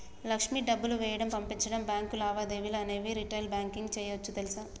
లక్ష్మి డబ్బులు వేయడం, పంపించడం, బాంకు లావాదేవీలు అనేవి రిటైల్ బాంకింగ్ సేయోచ్చు తెలుసా